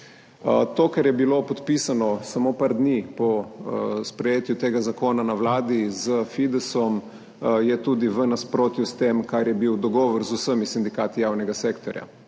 To, kar je bilo podpisano samo nekaj dni po sprejetju tega zakona na Vladi s Fidesom, je tudi v nasprotju s tem, kar je bil dogovor z vsemi sindikati javnega sektorja.